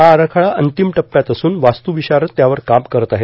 हा आराखडा अंतिम टप्प्यात असून वास्तूविशारद त्यावर काम करत आहेत